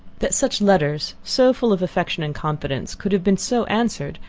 that such letters, so full of affection and confidence, could have been so answered,